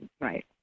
right